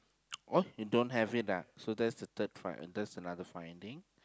oh you don't have it ah so that's the third find uh that's another finding